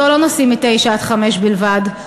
אותו לא נושאים מ-09:00 עד 17:00 בלבד,